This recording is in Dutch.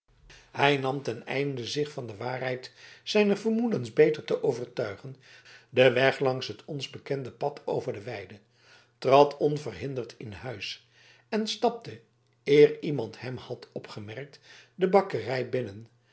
hij nam ten einde zich van de waarheid zijner vermoedens beter te overtuigen den weg langs het ons bekende pad over de weide trad onverhinderd in huis en stapte eer iemand hem had opgemerkt de bakkerij binnen